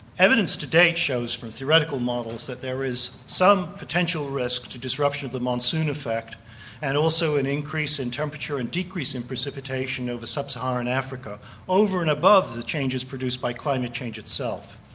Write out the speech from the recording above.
evidence to date shows from theoretical models that there is some potential risk to disruption of the monsoon effect and also an increase in temperature and decrease in precipitation over sub-saharan africa over and above the changes produced by climate change itself.